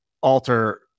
alter